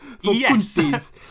Yes